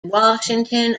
washington